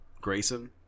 Grayson